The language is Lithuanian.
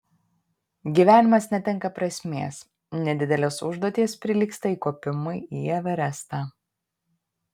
gyvenimas netenka prasmės nedidelės užduotys prilygsta įkopimui į everestą